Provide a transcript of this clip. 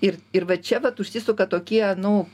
ir ir va čia vat užsisuka tokie nu